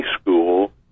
school